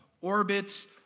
orbits